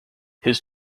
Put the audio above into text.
his